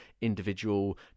individual